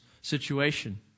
situation